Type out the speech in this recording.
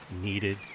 needed